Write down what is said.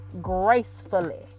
gracefully